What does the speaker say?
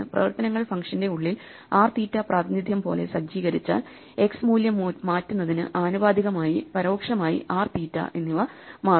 പ്രവർത്തനങ്ങൾ ഫങ്ഷന്റെ ഉള്ളിൽ Rതീറ്റ പ്രാതിനിധ്യം പോലെ സജ്ജീകരിച്ചാൽ X മൂല്യം മാറ്റുന്നതിനു ആനുപാതികമായി പരോക്ഷമായി r തീറ്റ എന്നിവ മാറും